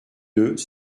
deux